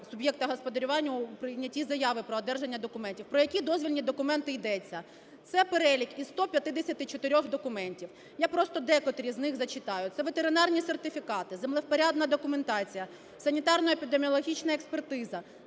суб'єкта господарювання у прийнятті заяви про одержання документів. Про які дозвільні документи йдеться? Це перелік із 154 документів. Я просто декотрі з них зачитаю. Це ветеринарні сертифікати, землевпорядна документація, санітарно-епідеміологічна експертиза,